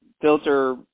filter